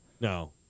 No